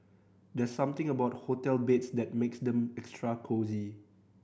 there's something about hotel beds that makes them extra cosy